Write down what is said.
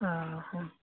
ହଁ ହଁ